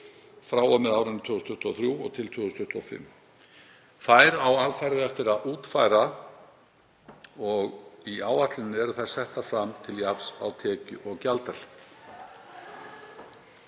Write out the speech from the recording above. frá og með árinu 2023 og til 2025. Þær á alfarið eftir að útfæra. Í áætluninni eru þær settar fram til jafns á tekju- og gjaldahlið.